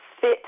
fit